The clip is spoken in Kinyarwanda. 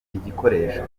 igikoresho